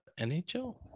NHL